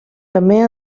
també